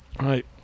right